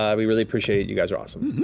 um we really appreciate it. you guys are awesome.